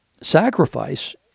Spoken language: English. sacrifice